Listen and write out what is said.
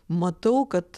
matau kad